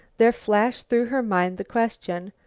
there flashed through her mind the question,